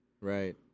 right